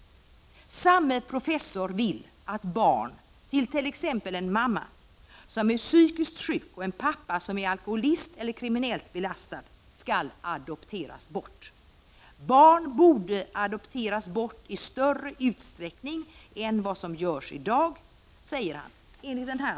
Samme professor vill att barn vars mamma t.ex. är psykiskt sjuk och vars pappa är alkoholiserad eller kriminellt belastad skall adopteras bort. Barn borde adopteras bort i större utsträckning än vad som sker i dag, säger professorn enligt artikeln.